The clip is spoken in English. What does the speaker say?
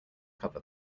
cover